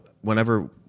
whenever